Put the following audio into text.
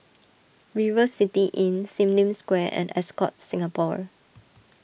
River City Inn Sim Lim Square and Ascott Singapore